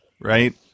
right